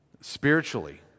spiritually